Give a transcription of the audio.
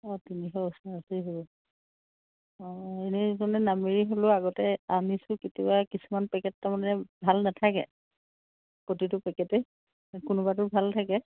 অঁ তিনিশৰ ওচৰা উচৰি হয় অঁ এনেই মানে নামেৰি হ'লেও আগতে আনিছো কেতিয়াবা কিছুমান পেকেট তাৰমানে ভাল নাথাকে প্ৰতিটো পেকেটে এই কোনোবাটো ভাল থাকে